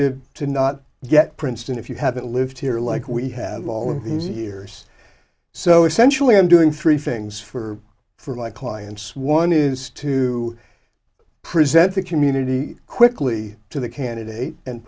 to to not get princeton if you haven't lived here like we have all these years so essentially i'm doing three things for for my clients one is to present the community quickly to the candidate and